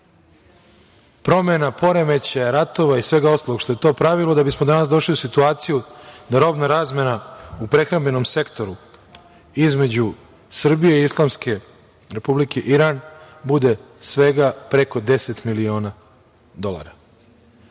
promena, poremećaja, ratova i svega ostalog što je to pravilo, da bismo danas došli u situaciju da robna razmena u prehrambenom sektoru između Srbije i Islamske Republike Iran bude svega preko deset miliona dolara.Zašto